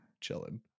chilling